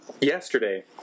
yesterday